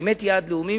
הוא באמת יעד לאומי,